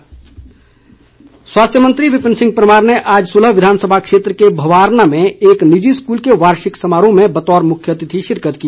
विपिन परमार स्वास्थ्य मंत्री विपिन परमार ने आज सुल्ह विधानसभा क्षेत्र के भवारना में एक निजी स्कूल के वार्षिक समारोह में बतौर मुख्य अतिथि शिरकत की